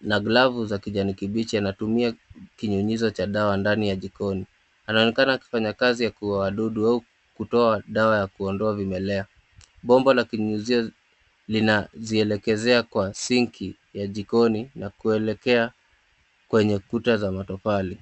na glavu, za kijani kibichi, anatumia kinyunyizo cha dawa ndani ya jikoni. Anaonekana akifanya kazi ya kuwauwa wadudu au kutoa dawa ya kuondoa vimelea, mbogo la kunyunyuzia inazielekezea kwa (cs)sink(cs), ya jikoni na kuelekea kwenye ukuta za matofali.